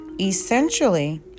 Essentially